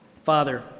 Father